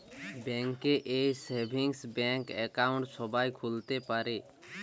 bank এ savings bank account সবাই খুলতে পারে